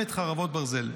למלחמת חרבות ברזל,